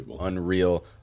unreal